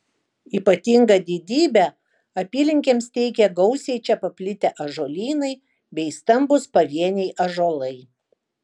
ypatingą didybę apylinkėms teikia gausiai čia paplitę ąžuolynai bei stambūs pavieniai ąžuolai